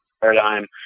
paradigm